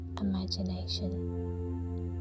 imagination